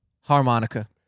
Harmonica